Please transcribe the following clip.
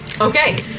Okay